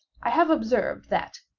i have observed that,